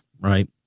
right